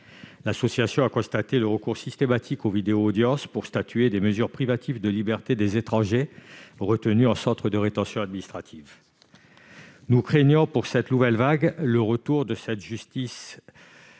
l'association a constaté le recours systématique aux vidéoaudiences pour statuer sur les mesures privatives de liberté des étrangers retenus en centre de rétention administrative. Nous craignons pour cette nouvelle vague le retour de cette justice